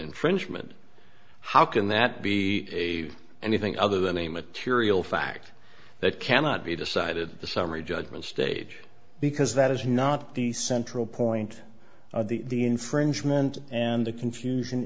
infringement how can that be a anything other than a material fact that cannot be decided the summary judgment stage because that is not the central point the infringement and the confusion